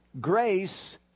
Grace